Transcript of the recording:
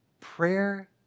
Prayer